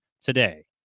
today